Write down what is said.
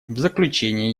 заключение